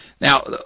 Now